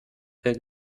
wer